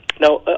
Now